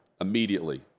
immediately